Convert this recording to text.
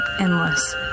endless